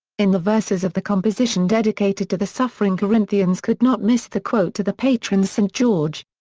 in the verses of the composition dedicated to the suffering corinthians could not miss the quote to the patron saint george.